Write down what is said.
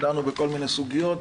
דנו בכל מיני סוגיות,